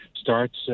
starts